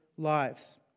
lives